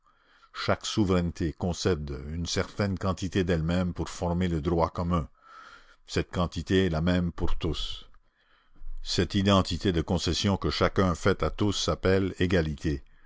chaque souveraineté concède une certaine quantité d'elle-même pour former le droit commun cette quantité est la même pour tous cette identité de concession que chacun fait à tous s'appelle égalité